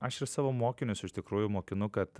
aš ir savo mokinius iš tikrųjų mokinu kad